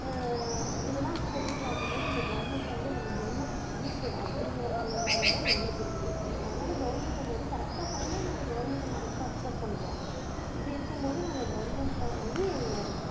இதலாம் செஞ்சு பார்க்கும்போது இந்த கவர்மெண்ட்ல வந்து நமக்கு என்ன யூஸு அப்படிங்கிற மாதிரி இல்லாததாக எங்களுக்கு இருக்குது அந்த அதனால் கவுர்மெண்ட்டு அது வந்த கரெக்டாக பண்ணினா நாங்கள் கவர்மெண்ட்ட அக்செப்ட் பண்ணுறோம் இப்படி இருக்கும் போது நாங்கள் கவர்மெண்ட்ல வந்து எங்களை